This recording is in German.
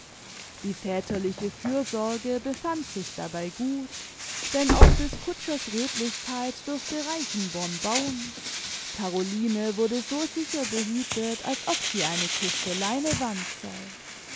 die väterliche fürsorge befand sich dabei gut denn auf des kutschers redlichkeit durfte reichenborn bauen caroline wurde so sicher behütet als ob sie eine kiste leinewand sei